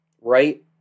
right